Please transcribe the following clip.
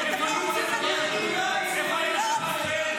לא רוצים לדעת ------ איפה היו במלחמה בבוקר,